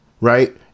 right